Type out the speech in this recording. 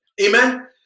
Amen